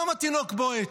גם התינוק בועט.